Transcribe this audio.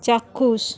চাক্ষুষ